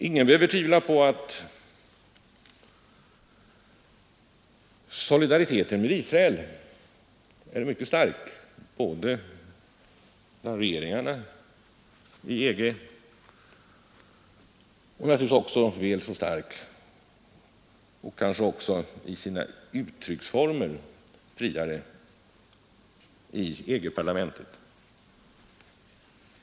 Ingen behöver tvivla på att solidariteten med Israel är mycket stark bland regeringarna i EG och naturligtvis väl så stark, och kanske också friare i sina uttrycksformer, i EG-parlamentet.